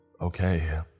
Okay